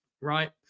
right